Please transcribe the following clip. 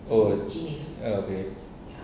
oh ah okay